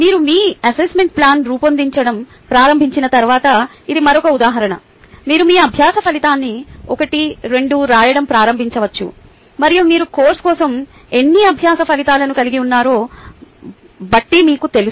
మీరు మీ assessment plan రూపొందించడం ప్రారంభించిన తర్వాత ఇది మరొక ఉదాహరణ మీరు మీ అభ్యాస ఫలితాన్ని ఒకటి రెండు రాయడం ప్రారంభించవచ్చు మరియు మీరు కోర్సు కోసం ఎన్ని అభ్యాస ఫలితాలను కలిగి ఉన్నారో బట్టి మీకు తెలుసు